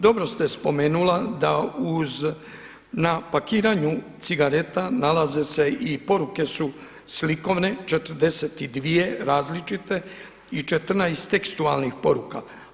Dobro ste spomenula da uz, na pakiranju cigareta nalaze se i poruke su slikovne, 42 različite i 14 tekstualnih poruka.